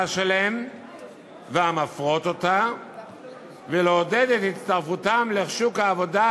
שלהם ומפרות אותה ולעודד את הצטרפותם לשוק העבודה